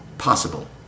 Possible